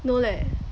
no leh